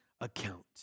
account